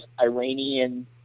iranian